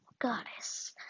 goddess